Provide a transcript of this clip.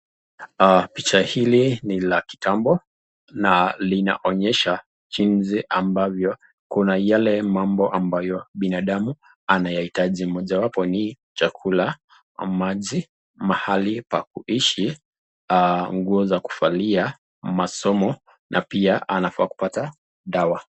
Picha hili ni la kitambo na linaonyesha jinsi ambavyo kuna yale mambo ambayo binadamu anayahitaji, mmojawapo ni chakula, maji, mahali pa kuishi, nguo za kuvalia, masomo na pia anafaa kupata dawa.